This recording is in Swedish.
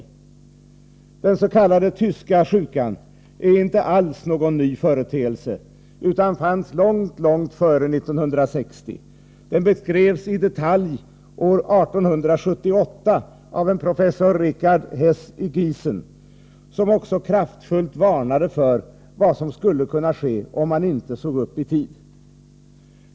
tyska sjukan är inte alls någon ny företeelse utan fanns långt före 1960. Den beskrevs i detalj år 1878 av en professor Richard Hess i Giessen, som också kraftfullt varnade för vad som skulle kunna ske om man inte såg upp i tid.